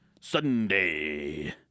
Sunday